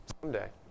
someday